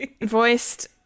Voiced